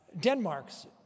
Denmark's